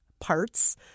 parts